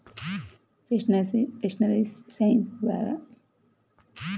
fisheries science ద్వారా చేపల పెంపకాన్ని నిర్వహించడం గురించిన మెళుకువలను తెల్సుకోవచ్చు